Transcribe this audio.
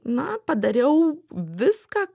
na padariau viską